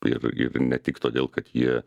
ir ir ne tik todėl kad jie